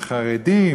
"חרדים",